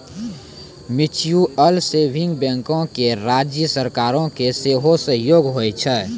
mutual saving बैंको मे राज्य सरकारो के सेहो सहयोग होय छै